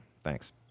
Thanks